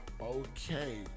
Okay